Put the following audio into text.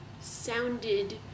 sounded